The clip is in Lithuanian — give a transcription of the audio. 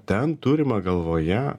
ten turima galvoje